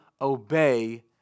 obey